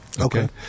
Okay